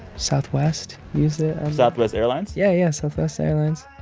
southwest used it southwest airlines? yeah, yeah. southwest airlines,